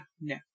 no